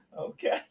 Okay